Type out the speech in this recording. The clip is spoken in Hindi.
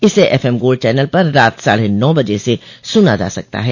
इसे एफएम गोल्ड चौनल पर रात साढ़े नौ बजे से सुना जा सकता है